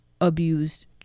abused